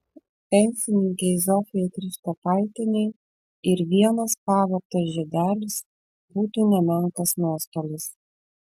pensininkei zofijai krištopaitienei ir vienas pavogtas žiedelis būtų nemenkas nuostolis